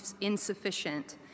insufficient